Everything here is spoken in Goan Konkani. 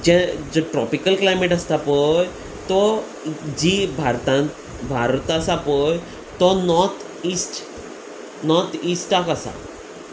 जे जे ट्रॉपिकल क्लायमेट आसता पळय तो जी भारत भारत आसा पळय तो नॉर्थ इस्ट नॉर्थ इस्टाक आसा